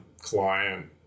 client